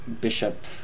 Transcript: Bishop